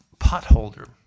potholder